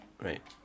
Right